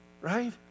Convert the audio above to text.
right